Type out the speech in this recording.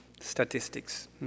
statistics